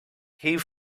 cave